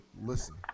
listen